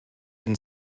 and